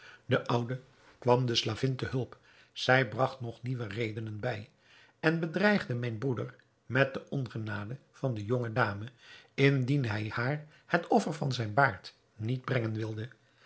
de oude kwam de slavin te hulp zij bragt nog nieuwe redenen bij en bedreigde mijn broeder met de ongenade van de jonge dame indien hij haar het offer van zijn baard niet brengen wilde